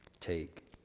Take